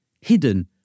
hidden